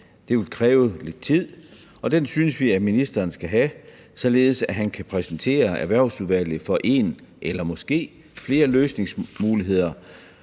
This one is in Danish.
Det vil kræve lidt tid, og den synes vi at ministeren skal have, således at han kan præsentere Erhvervsudvalget for en eller måske flere løsningsmuligheder,